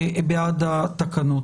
התקנות.